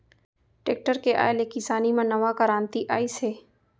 tractor के आए ले किसानी म नवा करांति आइस हे